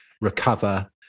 recover